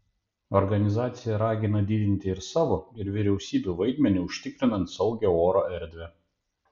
organizacija ragina didinti ir savo ir vyriausybių vaidmenį užtikrinant saugią oro erdvę